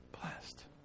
blessed